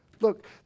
Look